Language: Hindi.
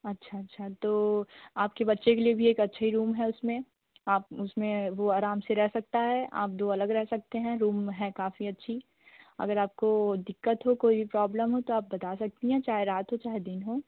अच्छा अच्छा तो आपके बच्चे के लिए भी एक अच्छी रूम है उसमें आप उसमें वह आराम से रह सकता है आप दो अलग रह सकते हैं रूम है काफ़ी अच्छी अगर आपको दिक्कत हो कोई प्रॉब्लम हो तो आप बता सकती हैं चाहे रात हो चाहे दिन हो